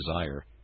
desire